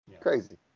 Crazy